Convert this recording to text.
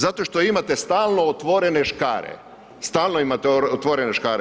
Zato što imate stalno otvorene škare, stalno imate otvorene škare.